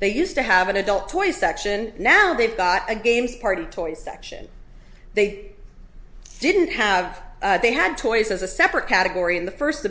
they used to have an adult toy section now they've got a games party toy section they didn't have they had toys as a separate category in the first